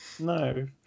No